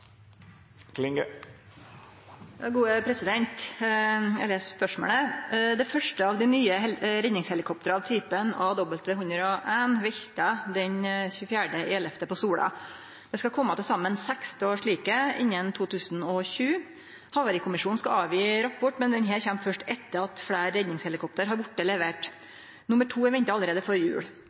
Eg les spørsmålet: «Det første av dei nye redningshelikoptra av typen AW101 velta den 24. november på Sola. Det skal koma til saman 16 slike innan 2020. Havarikommisjonen skal avgi rapport, men denne kjem først etter at fleire redningshelikopter har vorte leverte. Nummer to er venta allereie før jul.